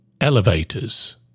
elevators